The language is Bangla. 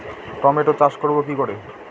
টমেটো চাষ করব কি করে?